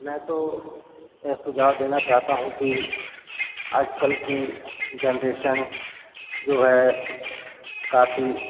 मैं तो यह सुझाव देना चाहता हूँ कि आज कल कि जनरेशन जो है काफ़ी